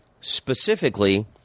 specifically